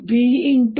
dl00ddtE